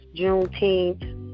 Juneteenth